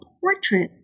portrait